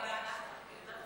אבל כמה הגשת?